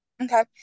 Okay